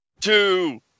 Two